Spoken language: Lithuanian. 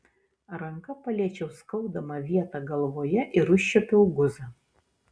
ranka paliečiau skaudamą vietą galvoje ir užčiuopiau guzą